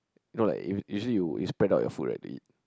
you know like if you usually you you spread out your food right to eat